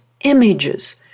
images